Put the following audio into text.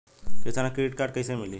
किसान credit card कइसे मिली?